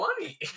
money